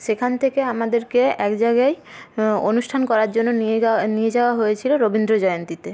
সেখান থেকে আমাদেরকে এক জায়গায় অনুষ্ঠান করার জন্য নিয়ে যাওয়া নিয়ে যাওয়া হয়েছিল রবীন্দ্র জয়ন্তীতে